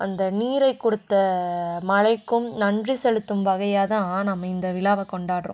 அந்த நீரை கொடுத்த மழைக்கும் நன்றி செலுத்தும் வகையாக தான் நம்ம இந்த விழாவை கொண்டாடுறோம்